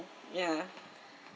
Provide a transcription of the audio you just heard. ya